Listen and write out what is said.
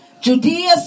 Judea